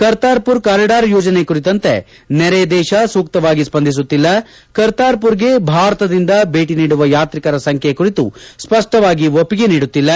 ಕರ್ತಾರ್ಮರ್ corridor ಯೋಜನೆ ಕುರಿತಂತೆ ನೆರೆ ದೇಶ ಸೂಕ್ತವಾಗಿ ಸ್ವಂದಿಸುತ್ತಿಲ್ಲ ಕರ್ತಾರ್ಮರ್ಗೆ ಭಾರತದಿಂದ ಭೇಟಿ ನೀಡುವ ಯಾತ್ರಿಕರ ಸಂಬ್ದೆ ಕುರಿತು ಸ್ಪಷ್ಟವಾಗಿ ಒಪ್ಪಿಗೆ ನೀಡುತ್ತಿಲ್ಲ